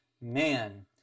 Man